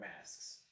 masks